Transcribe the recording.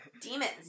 demons